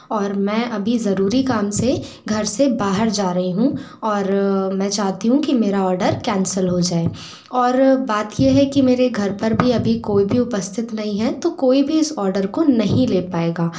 और मैं अभी ज़रूरी काम से घर से बाहर जा रही हूँ और मैं चाहती हूँ कि मेरा ऑर्डर कैंसल हो जाए और बात ये है कि मेरे घर पर भी अभी कोई भी उपस्थित नहीं है तो कोई भी इस ऑर्डर को नहीं ले पाएगा